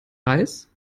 reis